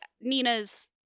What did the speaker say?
Nina's